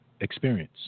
experience